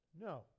No